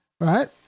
right